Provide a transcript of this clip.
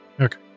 Okay